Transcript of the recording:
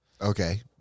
Okay